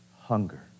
hunger